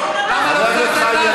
אתה מבלבל את המוח.